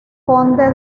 conde